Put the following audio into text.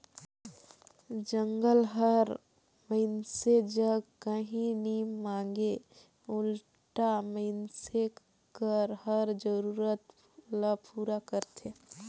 जंगल हर मइनसे जग काही नी मांगे उल्टा मइनसे कर हर जरूरत ल पूरा करथे